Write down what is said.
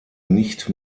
nicht